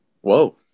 Whoa